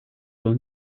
will